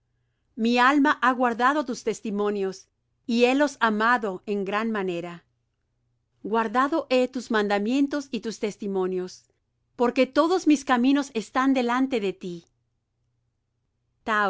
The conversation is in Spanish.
mi alma ha guardado tus testimonios y helos amado en gran manera guardado he tus mandamientos y tus testimonios porque todos mis caminos están delante de ti